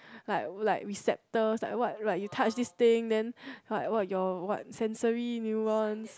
like like receptors like what you touched this thing then like your what your sensory neurons